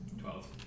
Twelve